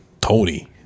Tony